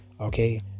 okay